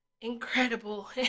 incredible